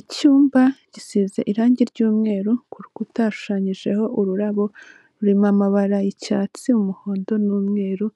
Icyumba gisize irangi ry'umweru, ku rukuta yashushanyijeho ururabo rurema amabara icyatsi umuhondo n'umweru,